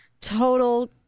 total